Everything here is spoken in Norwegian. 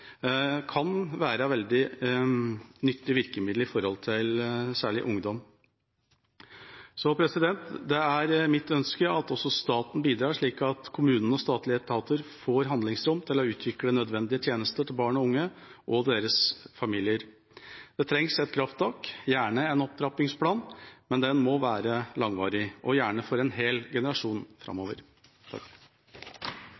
kan være veldig nyttige virkemidler overfor særlig ungdom. Så det er mitt ønske at også staten bidrar, slik at kommunene og statlige etater får handlingsrom til å utvikle nødvendige tjenester til barn og unge og deres familier. Det trengs et krafttak – gjerne en opptrappingsplan – men den må være langvarig og gjerne for en hel generasjon